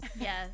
Yes